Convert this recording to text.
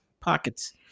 pockets